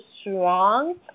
strong